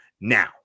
now